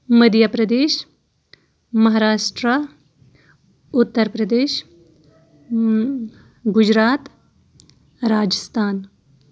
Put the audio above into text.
Madhya Pradesh Maharashtra Uttar Pradesh Gujarat Rajasthan